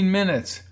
minutes